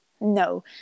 No